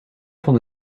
van